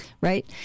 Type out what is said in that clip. Right